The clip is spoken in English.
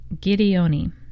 Gideon